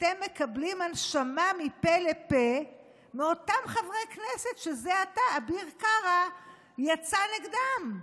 אתם מקבלים הנשמה מפה לפה מאותם חברי כנסת שזה עתה אביר קארה יצא נגדם.